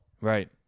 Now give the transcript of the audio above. right